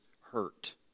hurt